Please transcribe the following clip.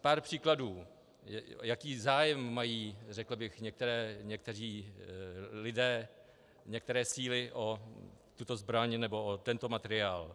Pár příkladů, jaký zájem mají, řekl bych, někteří lidé, některé síly o tuto zbraň nebo o tento materiál.